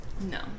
No